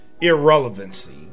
irrelevancy